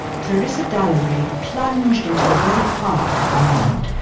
clarissa dalloway plunged into the very heart of the moment,